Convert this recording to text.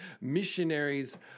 missionaries